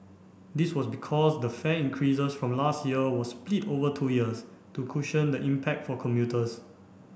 this was because the fare increases from last year was split over two years to cushion the impact for commuters